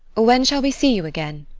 when shall we see you again?